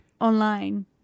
online